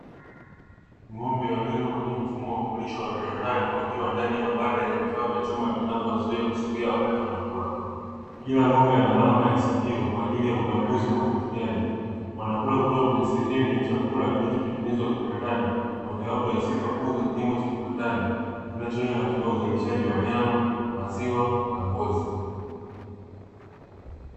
Ng'ombe walio kwenye mfumo wa kulisha wa viwandani wakiwa ndani ya mabanda yenye vifaa vya chuma vinavyowazuia kusogea wakati wanakula. Kila ng'ombe ana alama ya sikio kwa ajili ya utambuzi na ufuatiliaji. Wanakula kutoka kwenye sehemu ya chakula kilichotengenezwa viwandani, moja wapo ya sifa kuu za kilimo cha kiwandani kinacholenga katika uzalishaji wa nyama, maziwa.